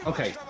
Okay